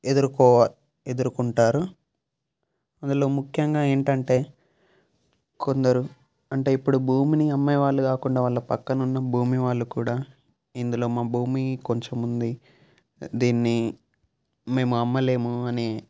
ఎదుర్కొవా ఎదుర్కొంటారు అందులో ముఖ్యంగా ఏంటంటే కొందరు అంటే ఇప్పుడు భూమిని అమ్మే వాళ్ళు కాకుండా వాళ్ళ పక్కనున్న భూమి వాళ్ళు కూడా ఇందులో మా భూమి కొంచెం ఉంది దీన్నీ మేము అమ్మలేము అని